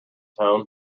tone